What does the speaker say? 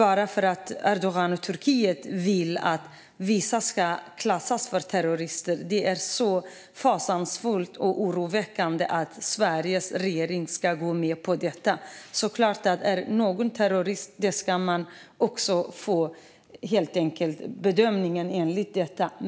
Att Erdogan och Turkiet vill att vissa ska klassas som terrorister och att Sveriges regering ska gå med på detta är så fasansfullt och oroväckande. Såklart ska det göras en bedömning av om någon är terrorist.